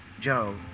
Joe